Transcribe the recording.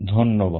ধন্যবাদ